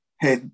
hey